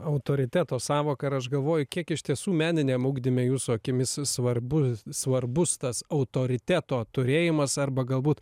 autoriteto sąvoka ir aš galvoju kiek iš tiesų meniniam ugdyme jūsų akimis svarbu svarbus tas autoriteto turėjimas arba galbūt